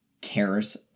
cares